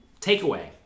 takeaway